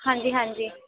ਹਾਂਜੀ ਹਾਂਜੀ